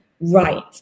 right